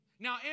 Now